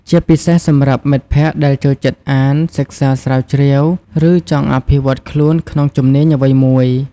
ជាពិសេសសម្រាប់មិត្តភក្តិដែលចូលចិត្តអាន សិក្សាស្រាវជ្រាវ ឬចង់អភិវឌ្ឍខ្លួនក្នុងជំនាញអ្វីមួយ។